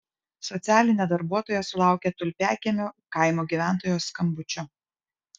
socialinė darbuotoja sulaukė tulpiakiemio kaimo gyventojos skambučio